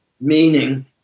meaning